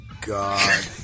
God